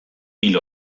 hil